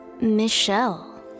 Michelle